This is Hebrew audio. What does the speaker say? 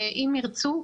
אם ירצו,